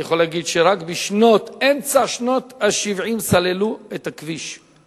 אני יכול להגיד שרק באמצע שנות ה-70 סללו את הכביש,